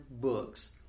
books